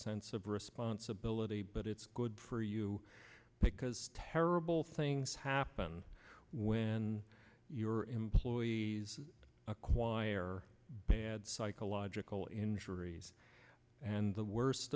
sense of responsibility but it's good for you because terrible things happen when your employees acquire bad psychological injuries and the worst